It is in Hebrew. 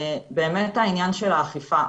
לעניין האכיפה,